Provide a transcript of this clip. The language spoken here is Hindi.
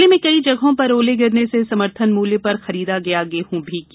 जिले में कई जगहों पर ओले गिरने से समर्थन मूल्य पर खरीदा गया गेहूं भीग गया